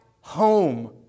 home